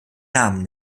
namen